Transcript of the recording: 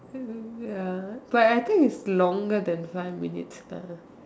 err ya but I think it's longer than five minutes lah